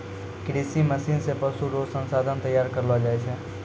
कृषि मशीन से पशु रो संसाधन तैयार करलो जाय छै